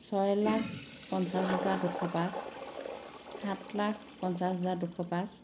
ছয় লাখ পঞ্চাছ হাজাৰ দুশ পাঁচ সাত লাখ পঞ্চাছ হাজাৰ দুশ পাঁচ